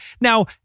Now